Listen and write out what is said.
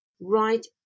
right